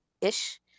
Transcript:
Ish